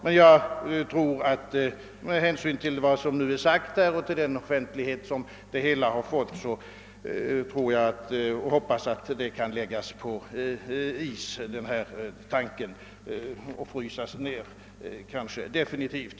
Med hänsyn till vad som nu anförts och med den offentlighet som saken fått tror jag emellertid att denna tanke nu kan läggas på is — och kanske frysas ned definitivt.